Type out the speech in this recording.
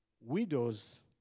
Widows